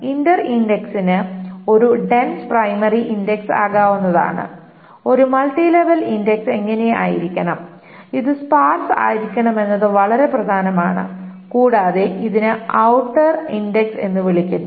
inner ഇന്ഡക്സിന് ഒരു dense primary index ആകാവുന്നതാണ് ഒരു മൾട്ടി ലെവൽ ഇൻഡക്സ് ഇങ്ങനെയായിരിക്കണം ഇത് സ്പാർസ് ആയിരിക്കണമെന്നത് വളരെ പ്രധാനമാണ് കൂടാതെ ഇതിനെ ഔട്ടർ ഇൻഡക്സ് എന്ന് വിളിക്കുന്നു